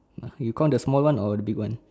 ya you count the small one or the big one